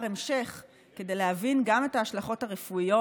המשך כדי להבין גם את ההשלכות הרפואיות,